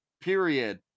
period